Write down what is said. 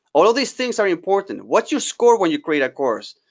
all of these things are important. what's your score when you create a course?